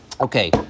Okay